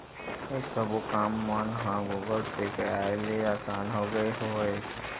ऐ सब्बो काम मन ह गुगल पे के आय ले असान होगे हवय